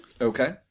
Okay